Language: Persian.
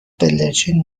بلدرچین